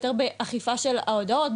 יותר באכיפה של ההודעות,